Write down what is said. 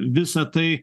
visa tai